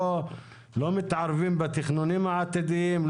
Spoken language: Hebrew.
לא מתערבים בתכנונים העתידיים,